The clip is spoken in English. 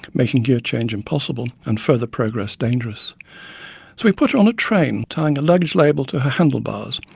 making gear change impossible, and further progress dangerous. so we put her on a train, tying a luggage label to her handle bars,